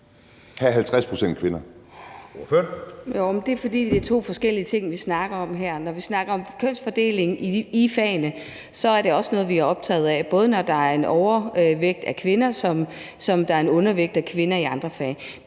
Jo, men det er, fordi det er to forskellige ting, vi snakker om her. Når vi snakker om kønsfordelingen i fagene, er det også noget, som vi er optaget af, altså både når der i nogle fag er en overvægt af kvinder og der i andre fag er en undervægt af kvinder. Det,